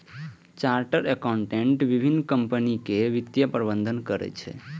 chartered accountant विभिन्न कंपनीक वित्तीय प्रबंधन करै छै